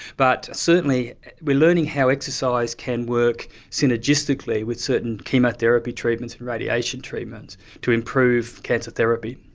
but certainly we are learning how exercise can work synergistically with certain chemotherapy treatments and radiation treatments to improve cancer therapy.